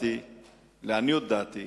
לעניות דעתי,